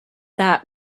that